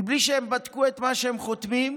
מבלי שהם בדקו את מה שהם חותמים,